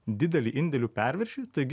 didelį indėlių perviršį taigi